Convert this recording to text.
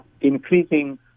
increasing